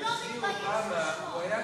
הוא לא מתבייש בשמו.